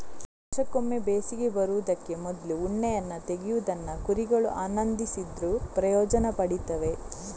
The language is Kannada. ವರ್ಷಕ್ಕೊಮ್ಮೆ ಬೇಸಿಗೆ ಬರುದಕ್ಕೆ ಮೊದ್ಲು ಉಣ್ಣೆಯನ್ನ ತೆಗೆಯುವುದನ್ನ ಕುರಿಗಳು ಆನಂದಿಸದಿದ್ರೂ ಪ್ರಯೋಜನ ಪಡೀತವೆ